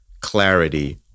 clarity